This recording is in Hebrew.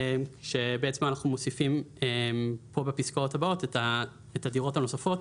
שבעצם אנחנו מוסיפים פה בפסקאות הבאות את הדירות הנוספות